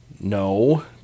No